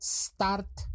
start